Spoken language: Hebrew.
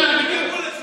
שיעבור לכרמיאל,